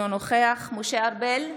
אינו נוכח משה ארבל,